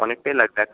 অনেকটাই লাগবে